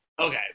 Okay